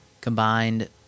combined